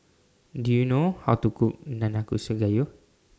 Do YOU know How to Cook Nanakusa Gayu